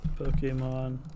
Pokemon